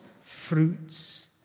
fruits